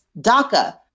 DACA